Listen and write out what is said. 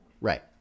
right